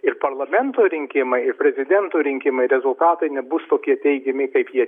ir parlamento rinkimai ir prezidento rinkimai rezultatai nebus tokie teigiami kaip jie